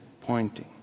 pointing